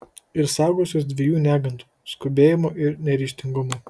ir saugosiuos dviejų negandų skubėjimo ir neryžtingumo